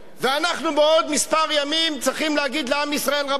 ואנחנו בעוד כמה ימים צריכים להגיד לעם ישראל: רבותי,